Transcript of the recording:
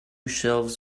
shelves